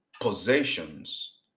possessions